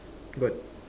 got